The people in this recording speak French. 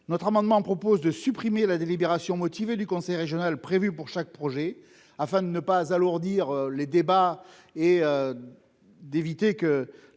cet amendement vise à supprimer la délibération motivée du conseil régional prévue pour chaque projet, afin de ne pas alourdir les débats et afin que